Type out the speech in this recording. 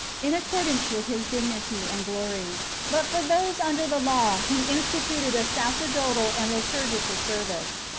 in accordance with his divinity and glory but for those under the law he instituted a sacerdotal and liturgical service.